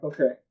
Okay